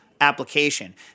application